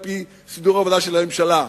על-פי סידור העבודה של הממשלה.